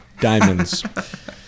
Diamonds